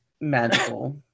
magical